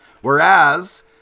Whereas